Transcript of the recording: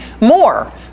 more